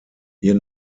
ihr